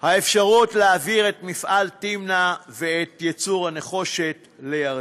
האפשרות להעביר את מפעל "תמנע" ואת ייצור הנחושת לירדן.